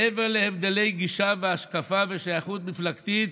מעבר להבדלי גישה והשקפה ושייכות מפלגתית,